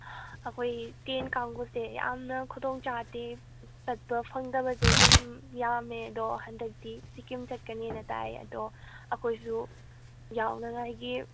ꯑꯩꯈꯣꯏꯒꯤ ꯇꯦꯟ ꯀꯥꯡꯕꯨꯁꯦ ꯌꯥꯝꯅ ꯈꯨꯗꯣꯡ ꯆꯥꯗꯦ ꯆꯠꯄ ꯐꯪꯗꯕꯁꯦ ꯑꯗꯨꯝ ꯌꯥꯝꯃꯤ ꯑꯗꯣ ꯍꯟꯗꯛꯇꯤ ꯁꯤꯛꯀꯤꯝ ꯆꯠꯀꯅꯤꯅ ꯇꯥꯏꯌꯦ ꯑꯗꯣ ꯑꯩꯈꯣꯏꯁꯨ ꯌꯧꯅꯉꯥꯏꯒꯤ